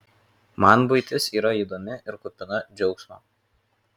man buitis yra įdomi ir kupina džiaugsmo